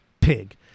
pig